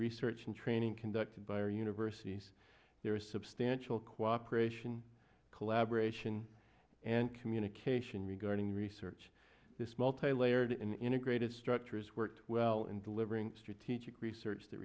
research and training conducted by our universities there is substantial cooperation collaboration and communication regarding research this multi layered in integrated structures worked well in delivering strategic research that